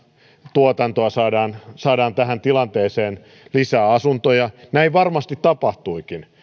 tuotantoa saadaan tähän tilanteeseen lisää asuntoja näin varmasti tapahtuikin